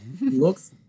looks